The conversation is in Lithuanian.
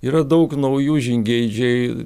yra daug naujų žingeidžiai